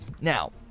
Now